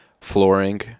flooring